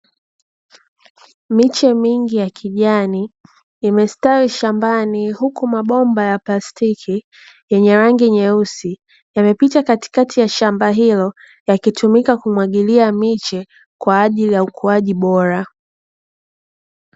Miche mingi ya kijani imestawi shambani huku mabomba ya plastiki yenye rangi nyeusi, yamepita katikati ya shamba hilo yakitumika kumwagilia miche kwa ajili ya ukuaji bora.